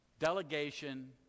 Delegation